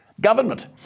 Government